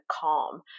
calm